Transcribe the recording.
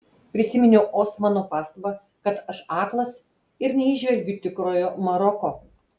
prisiminiau osmano pastabą kad aš aklas ir neįžvelgiu tikrojo maroko